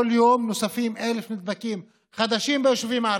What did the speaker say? כל יום נוספים 1,000 נדבקים חדשים ביישובים הערביים.